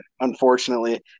Unfortunately